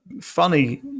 funny